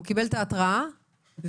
הוא קיבל את ההתראה ותיקן.